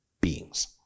beings